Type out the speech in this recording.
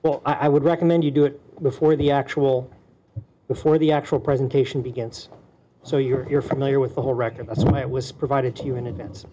well i would recommend you do it before the actual before the actual presentation begins so you're familiar with the whole record that's why it was provided to you in advance